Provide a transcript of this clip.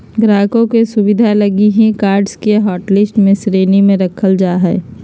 ग्राहकों के सुविधा लगी ही कार्ड्स के हाटलिस्ट के श्रेणी में रखल जा हइ